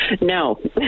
No